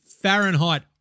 Fahrenheit